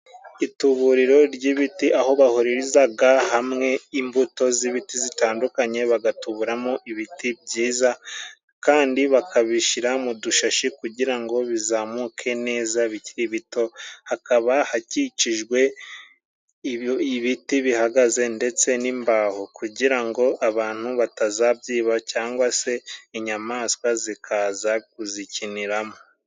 Ituburiro ry'ibiti aho bahurizaga hamwe imbuto z'ibiti zitandukanye bagatuburamo ibiti byiza kandi bakabishyira mu dushashi kugira ngo bizamuke neza bikiri bito ,hakaba hakikijwe ibiti bihagaze ndetse n'imbaho kugira ngo abantu batazabyiba cyangwa se inyamaswa zikaza kuzikiniramo.